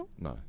No